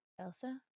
elsa